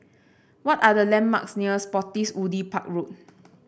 what are the landmarks near Spottiswoode Park Road